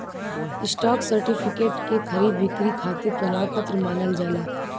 stock certificate के खरीद बिक्री खातिर प्रमाण पत्र मानल जाला